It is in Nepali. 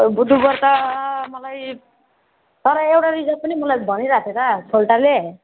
खोइ बुधवार त मलाई तर एउटा रिजर्भ पनि मलाई भनिरहेको थियो त सोल्टाले